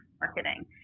marketing